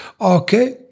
okay